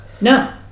No